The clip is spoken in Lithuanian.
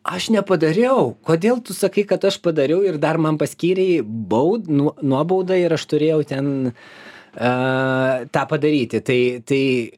aš nepadariau kodėl tu sakai kad aš padariau ir dar man paskyrei baudą nuo nuobauda ir aš turėjau ten a tą padaryti tai tai